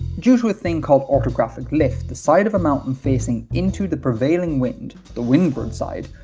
due to a thing called orthographic lift, the side of a mountain facing into the prevailing wind, the windward side,